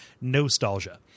nostalgia